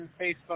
Facebook